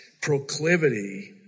proclivity